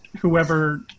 whoever